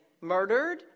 murdered